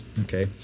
okay